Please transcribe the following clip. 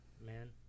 man